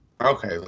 Okay